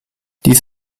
dies